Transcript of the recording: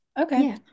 Okay